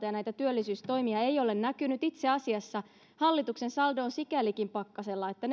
ja näitä työllisyystoimia ei ole näkynyt itse asiassa hallituksen saldo on sikälikin pakkasella että